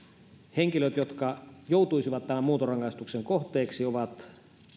henkilöt jotka joutuisivat muuntorangaistuksen kohteeksi